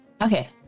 Okay